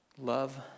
Love